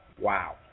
Wow